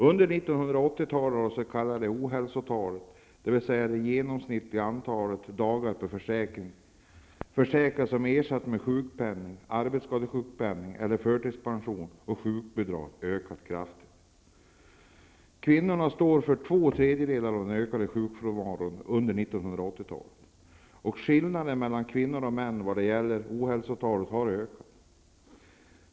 Under 1980-talet har det s.k. ohälsotalet -- dvs. det genomsnittliga antalet dagar per försäkrad som ersatts med sjukpenning, arbetsskadesjukpenning eller förtidspensionering/sjukbidrag -- ökat kraftigt. Kvinnorna står för två tredjedelar av den ökade sjukfrånvaron under 80-talet. Skillnaderna mellan kvinnor och män vad gäller ohälsotalet har ökat.